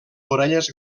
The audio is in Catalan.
orelles